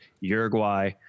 Uruguay